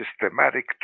systematic